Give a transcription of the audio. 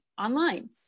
Online